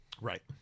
Right